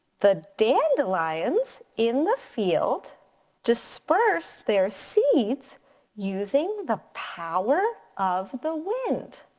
the dandelions in the field disperse their seeds using the power of the wind.